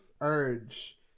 urge